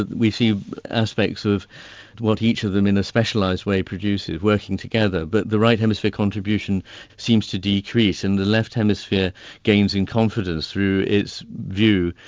we see aspects of what each of them in a specialised way produces, working together. but the right hemisphere contribution seems to decrease and the left hemisphere gains in confidence through its view,